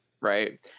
right